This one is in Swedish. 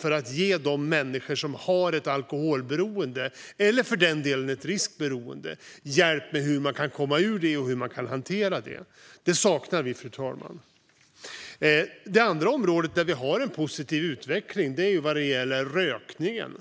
för att ge de människor som har ett alkoholberoende eller för den delen ett riskberoende hjälp med att komma ur det och hantera det. Det saknar vi, fru talman. Det andra området där det är en positiv utveckling gäller rökningen.